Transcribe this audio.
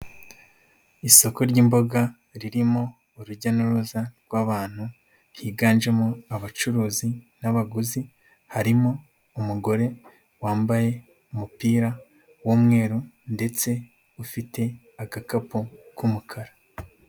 Isoko ry'imboga ririmo urujya n'uruza rw'abantu, higanjemo abacuruzi n'abaguzi, harimo umugore wambaye umupira w'umweru ndetse ufite agakapu k'umukara.